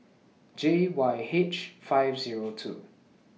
J Y H five Zero two